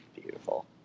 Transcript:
Beautiful